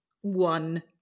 one